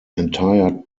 entire